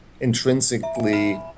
intrinsically